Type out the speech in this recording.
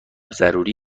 ضروری